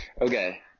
Okay